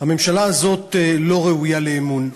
הממשלה הזאת לא ראויה לאמון.